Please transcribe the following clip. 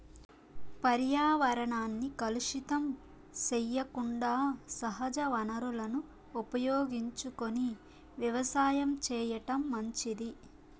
పర్యావరణాన్ని కలుషితం సెయ్యకుండా సహజ వనరులను ఉపయోగించుకొని వ్యవసాయం చేయటం మంచిది